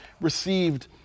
received